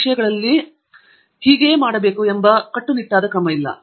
ಈ ವಿಷಯಗಳಲ್ಲಿ ಅನೇಕವುಗಳಂತೆಯೇ ನೀವು ಹೀಗೆ ಮಾಡಬೇಕು ಎಂಬ ಕ್ರಮ ಇಲ್ಲ